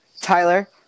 Tyler